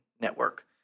network